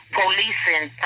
policing